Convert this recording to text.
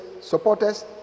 supporters